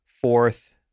Fourth